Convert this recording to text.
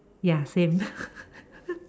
ya same